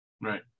Right